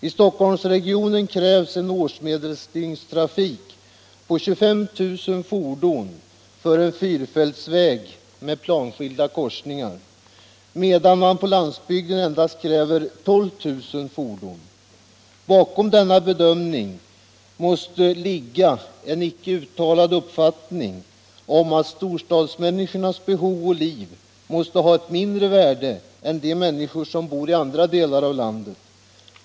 I Stockholmsregionen krävs en årsmedeldygnstrafik på 25 000 fordon för en fyrfilsväg med planskilda korsningar, medan man på landsbygden endast kräver 12 000 fordon. Bakom denna bedömning måste ligga en icke uttalad uppfattning att storstadsmänniskornas behov och liv måste ha ett mindre värde än de människor som bor i andra delar av landet.